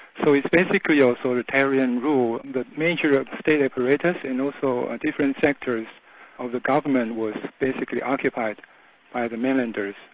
so it's basically ah authoritarian rule and the nature of state apparatus and also different sectors of the government was basically occupied by the mainlanders,